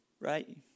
Right